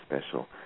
special